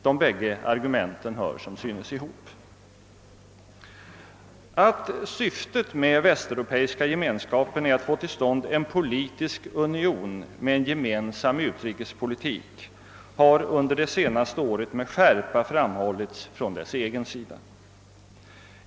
De bägge argumenten hör ihop. Att syftet med Västeuropeiska gemenskapen är att få till stånd en politisk union med en gemensam utrikespolitik har under det senaste året med skärpa framhållits från dess egen sida.